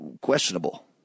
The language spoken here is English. questionable